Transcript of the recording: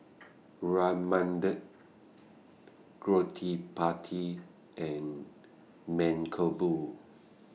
Ramanand Gottipati and Mankombu